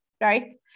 right